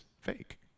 fake